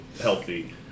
healthy